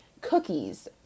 cookies